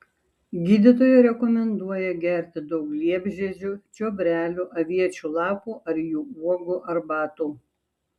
gydytoja rekomenduoja gerti daug liepžiedžių čiobrelių aviečių lapų ar jų uogų arbatų